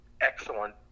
excellent